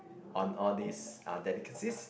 on all these uh delicacies